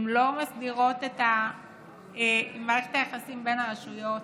הן לא מסדירות את מערכת היחסים בין הרשויות.